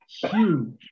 huge